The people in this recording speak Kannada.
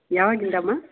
ಯಾವಾಗಿಂದ ಅಮ್ಮ